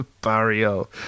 barrio